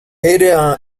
rather